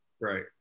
Right